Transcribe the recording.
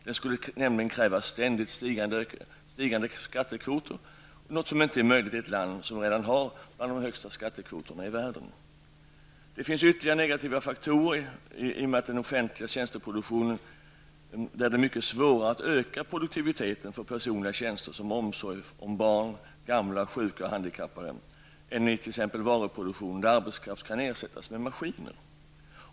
Den skulle nämligen kräva ständigt stigande skattekvoter, något som inte är möjligt i ett land som redan har en av världens högsta skattekvoter. En ytterligare negativ faktor för den offentliga tjänsteproduktionen är att det är mycket svårare att öka produktiviteten för personliga tjänster som omsorg om barn, gamla, sjuka och handikappade än i t.ex. varuproduktionen där arbetskraft kan ersättas med maskiner.